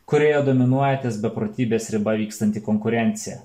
kurioje dominuoja ties beprotybės riba vykstanti konkurencija